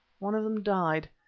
one of them died,